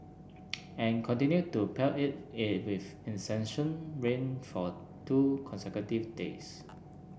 and continued to pelt it is with incessant rain for two consecutive days